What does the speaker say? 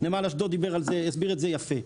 נמל אשדוד הסביר את זה יפה.